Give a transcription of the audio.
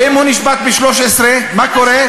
ואם הוא נשפט ב-13, מה קורה?